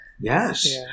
Yes